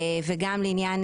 וגם לעניין